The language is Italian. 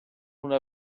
una